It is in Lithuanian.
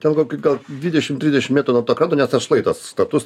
dėl kokių gal dvidešim trisdešim metrų nuo to kranto nes tas šlaitas status